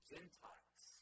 Gentiles